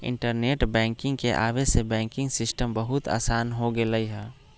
internet banking के आवे से बैंकिंग सिस्टम बहुत आसान हो गेलई ह